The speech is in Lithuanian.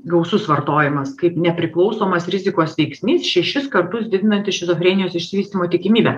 gausus vartojimas kaip nepriklausomas rizikos veiksnys šešis kartus didinantis šizofrenijos išsivystymo tikimybę